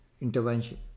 intervention